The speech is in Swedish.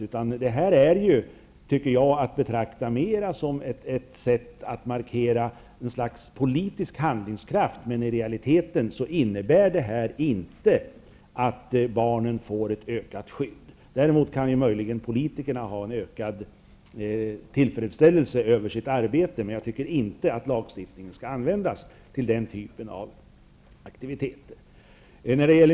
Detta tycker jag mer är att betrakta som ett sätt att markera ett slags politisk handlingskraft. Men i realiteten innebär detta inte att barnen får ett ökat skydd. Däremot kan möjligen politikerna känna sig mer tillfredsställda med sitt arbete. Men jag tycker inte att lagstiftningen skall användas till denna typ av aktiviteter.